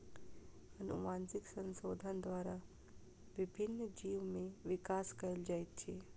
अनुवांशिक संशोधन द्वारा विभिन्न जीव में विकास कयल जाइत अछि